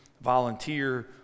volunteer